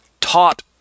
taught